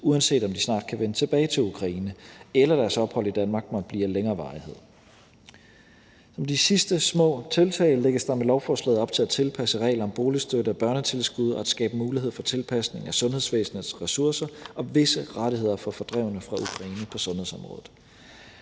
uanset om de snart kan vende tilbage til Ukraine eller deres ophold i Danmark måtte blive af længere varighed. Med de sidste små tiltag lægges der med lovforslaget op til at tilpasse regler om boligstøtte og børnetilskud og skabe mulighed for tilpasning af sundhedsvæsenets ressourcer og visse rettigheder for fordrevne fra Ukraine på sundhedsområdet.